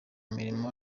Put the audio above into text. mirimo